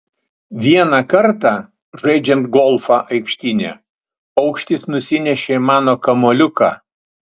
vieną kartą žaidžiant golfą aikštyne paukštis nusinešė mano kamuoliuką